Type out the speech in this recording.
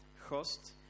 host